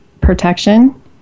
protection